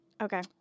Okay